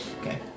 Okay